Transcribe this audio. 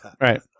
Right